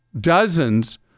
dozens